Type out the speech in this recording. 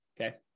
Okay